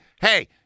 hey